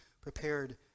prepared